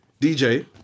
DJ